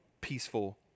peaceful